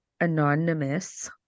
anonymous